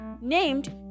named